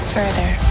Further